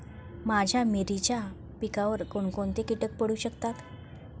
माझ्या मिरचीच्या पिकावर कोण कोणते कीटक पडू शकतात?